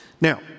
Now